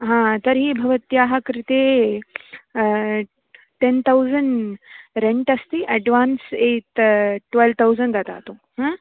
हा तर्हि भवत्याः कृते टेन् तौसण्ड् रेण्टस्ति अड्वान्स् ए ट्वेल् तौसण्ड् ददातु हा